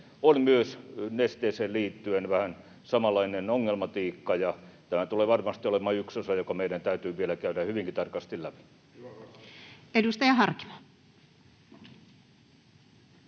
on Nesteeseen liittyen vähän samanlainen ongelmatiikka, ja tämä tulee varmasti olemaan yksi osa, joka meidän täytyy vielä käydä hyvinkin tarkasti läpi. Edustaja Harkimo.